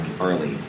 early